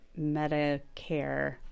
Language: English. Medicare